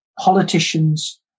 Politicians